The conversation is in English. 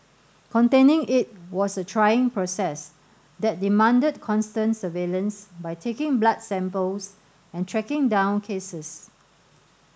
containing it was a trying process that demanded constant surveillance by taking blood samples and tracking down cases